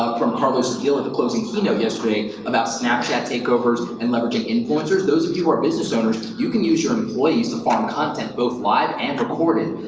ah from carlos gil, the closing keynote yesterday, about snapchat takeovers and leveraging influencers. those of you who are business owners, you can use your employees to farm content, both live and recorded,